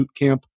bootcamp